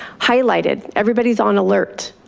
highlighted, everybody's on alert.